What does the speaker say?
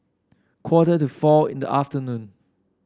quarter to four in the afternoon